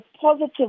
positive